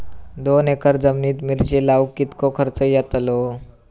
दोन एकर जमिनीत मिरचे लाऊक कितको खर्च यातलो?